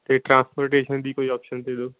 ਅਤੇ ਟ੍ਰਾਂਸਪੋਰਟੇਸ਼ਨ ਦੀ ਕੋਈ ਓਪਸ਼ਨ ਦੇ ਦਓ